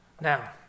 Now